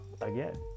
Again